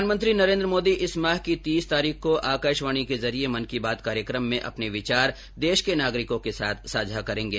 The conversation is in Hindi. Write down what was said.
प्रधानमंत्री नरेन्द्र मोदी इस माह की तीस तारीख को आकाशवाणी के जरिये मन की बात कार्यक्रम में अपने विचार देश के नागरिकों के साथ साझा करेंगे